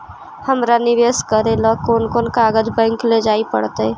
हमरा निवेश करे ल कोन कोन कागज बैक लेजाइ पड़तै?